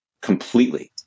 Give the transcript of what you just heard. completely